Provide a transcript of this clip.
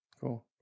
Cool